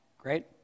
great